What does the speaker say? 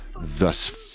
thus